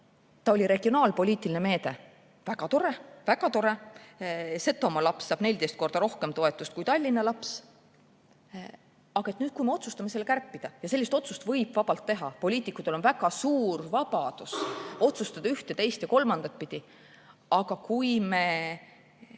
See oli regionaalpoliitiline meede. Väga tore! Väga tore! Setomaa laps saab 14 korda rohkem toetust kui Tallinna laps. Aga kui me otsustame kärpida – ja sellist otsust võib vabalt teha, poliitikutel on väga suur vabadus otsustada üht ja teist ja kolmandat pidi –, kui me